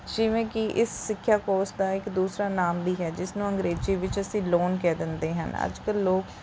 ਜਿਵੇਂ ਕਿ ਇਸ ਸਿੱਖਿਆ ਕੋਰਸ ਦਾ ਇੱਕ ਦੂਸਰਾ ਨਾਮ ਵੀ ਹੈ ਜਿਸ ਨੂੰ ਅੰਗਰੇਜ਼ੀ ਵਿੱਚ ਅਸੀਂ ਲੋਨ ਕਹਿ ਦਿੰਦੇ ਹਨ ਅੱਜ ਕੱਲ੍ਹ ਲੋਕ